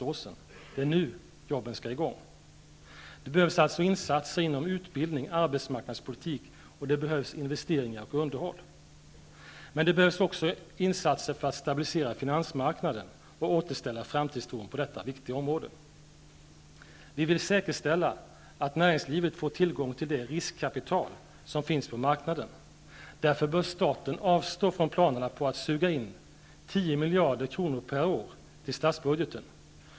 Det är nu jobben skall i gång. Det behövs alltså insatser inom utbildning och på arbetsmarknadspolitikens område, och det behövs investeringar och underhåll. Men det behövs också insatser för att stabilisera finansmarknaden och återställa framtidstron på detta viktiga område. Vi vill säkerställa att näringslivet får tillgång till det riskkapital som finns på marknaden. Därför bör staten avstå från planerna på att suga in 10 miljarder kronor per år till statsbudgeten.